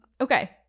Okay